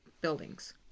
buildings